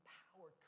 power